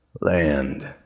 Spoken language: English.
land